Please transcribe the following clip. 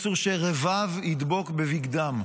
אסור שרבב ידבק בבגדם.